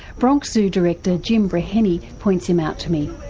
bronx zoo director, jim breheny, points him out to me.